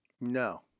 No